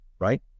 right